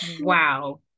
wow